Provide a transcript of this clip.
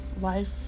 life